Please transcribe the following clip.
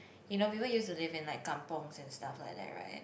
you know people used to live in like kampongs and stuff like that right